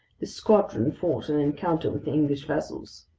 this squadron fought an encounter with english vessels.